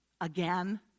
again